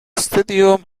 stadium